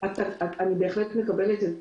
אני בהחלט מקבלת את דבריך,